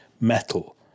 metal